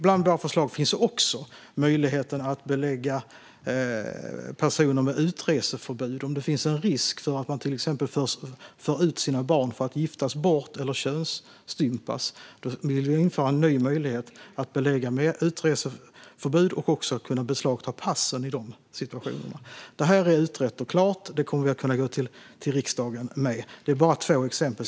Bland våra förslag finns också möjligheten att belägga personer med utreseförbud. Om det finns risk att man för ut sina barn för att de ska giftas bort eller könsstympas vill vi införa en ny möjlighet till utreseförbud och även till att beslagta pass i de situationerna. Detta är utrett och klart. Det kommer vi att kunna gå till riksdagen med. Det är bara två exempel.